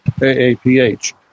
AAPH